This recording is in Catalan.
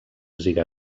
ziga